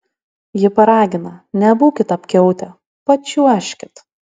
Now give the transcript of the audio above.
ji paragina nebūkit apkiautę pačiuožkit